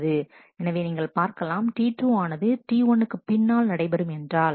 எனவே நீங்கள் பார்க்கலாம் T2 ஆனது T1 க்கு பின்னால் நடைபெறும் என்றால்